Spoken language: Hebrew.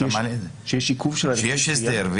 יש הסדר,